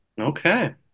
Okay